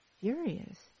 furious